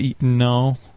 No